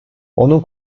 onun